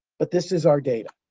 but this is our data.